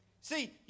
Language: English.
See